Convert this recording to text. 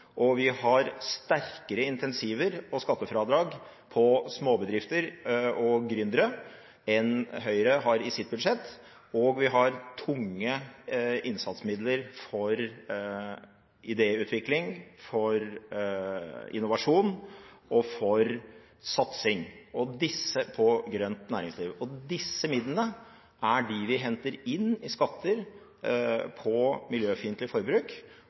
og vi har sterkere incentiver og skattefradrag for småbedrifter og gründere enn Høyre har i sitt budsjett, og vi har tunge innsatsmidler for idéutvikling, for innovasjon og for satsing på grønt næringsliv. Disse midlene henter vi inn i skatter på miljøfiendtlig forbruk